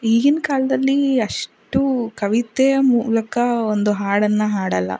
ಈಗಿನ ಕಾಲದಲ್ಲಿ ಅಷ್ಟೂ ಕವಿತೆಯ ಮೂಲಕ ಒಂದು ಹಾಡನ್ನು ಹಾಡಲ್ಲ